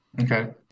okay